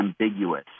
ambiguous